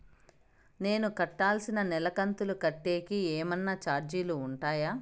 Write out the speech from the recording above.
నేను కట్టాల్సిన నెల కంతులు కట్టేకి ఏమన్నా చార్జీలు ఉంటాయా?